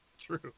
True